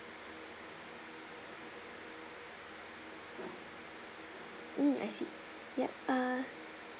mm I see ya uh